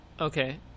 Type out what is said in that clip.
okay